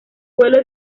vuelo